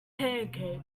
pancakes